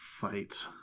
fight